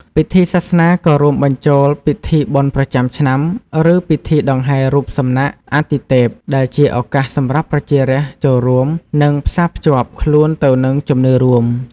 ពិធីសាសនាក៏រួមបញ្ចូលពិធីបុណ្យប្រចាំឆ្នាំ ឬពិធីដង្ហែររូបសំណាកអាទិទេព ដែលជាឱកាសសម្រាប់ប្រជារាស្ត្រចូលរួម និងផ្សារភ្ជាប់ខ្លួនទៅនឹងជំនឿរួម។